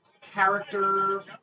character